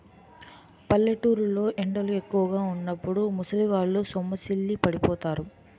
పల్లెటూరు లో ఎండలు ఎక్కువుగా వున్నప్పుడు ముసలివాళ్ళు సొమ్మసిల్లి పడిపోతారు